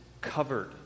covered